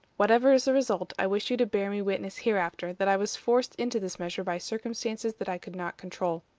whatever is the result, i wish you to bear me witness hereafter that i was forced into this measure by circumstances that i could not control.